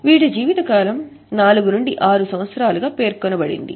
వీటి జీవితకాలం 4 నుండి 6 సంవత్సరాలు గా పేర్కొనబడింది